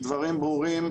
דברים ברורים,